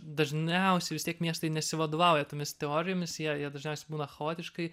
dažniausiai vis tiek miestai nesivadovauja tomis teorijomis jie jie dažniausiai būna chaotiškai